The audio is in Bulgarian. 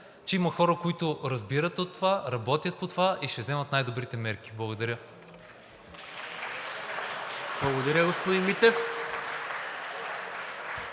че има хора, които разбират от това, работят по това и ще вземат най-добрите мерки. Благодаря. (Ръкопляскания от